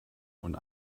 und